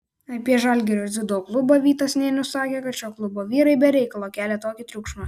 apie žalgirio dziudo klubą vytas nėnius sakė kad šio klubo vyrai be reikalo kelia tokį triukšmą